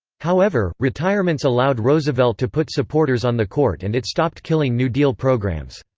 however, retirements allowed roosevelt to put supporters on the court and it stopped killing new deal programs.